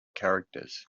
characters